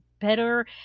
better